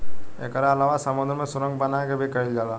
एकरा अलावा समुंद्र में सुरंग बना के भी कईल जाला